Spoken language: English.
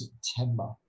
september